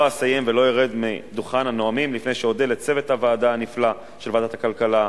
לא אסיים ולא ארד מדוכן הנואמים לפני שאודה לצוות הנפלא של ועדת הכלכלה,